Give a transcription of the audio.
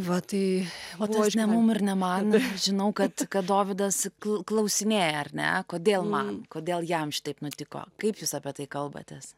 va tai o tas ne mum ir ne man žinau kad kad dovydas klausinėja ar ne kodėl man kodėl jam šitaip nutiko kaip jūs apie tai kalbatės